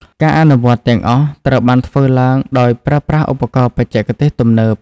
ការអនុវត្តទាំងអស់ត្រូវបានធ្វើឡើងដោយប្រើប្រាស់ឧបករណ៍បច្ចេកទេសទំនើប។